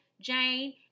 Jane